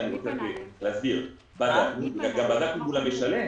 גם בדקנו מול המשלם.